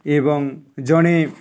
ଏବଂ ଜଣେ